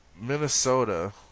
Minnesota